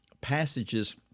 passages